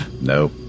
No